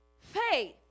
Faith